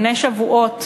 בני שבועות,